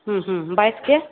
ಹ್ಞೂ ಹ್ಞೂ ಬಾಯ್ಸಿಗೆ